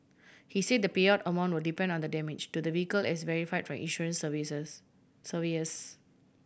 he say the payout amount will depend on the damage to the vehicle as verify try insurance surveyors